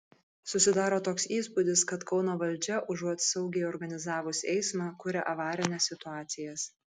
susidaro toks įspūdis kad kauno valdžia užuot saugiai organizavus eismą kuria avarines situacijas